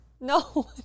No